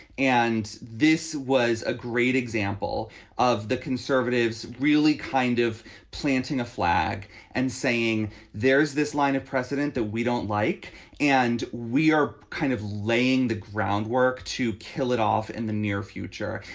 and this was a great example of the conservatives really kind of planting a flag and saying there's this line of precedent that we don't like and we are kind of laying the groundwork to kill it off in the near future.